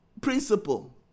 principle